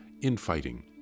infighting